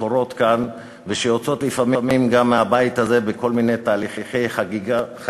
שקורות כאן ושיוצאות לפעמים גם מהבית הזה בכל מיני תהליכי חקיקה,